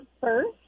first